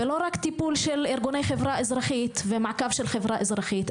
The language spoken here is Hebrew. ולא רק טיפול של ארגוני חברה אזרחית ומעקב של חברה אזרחית,